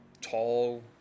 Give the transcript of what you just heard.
tall